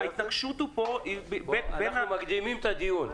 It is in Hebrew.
אנחנו מקדימים את הדיון.